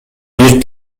бир